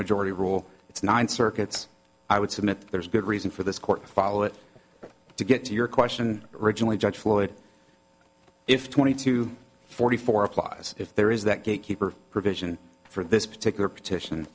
majority rule it's nine circuits i would submit there's good reason for this court follow it to get to your question regionally judge floyd if twenty two forty four applies if there is that gatekeeper provision for this particular petition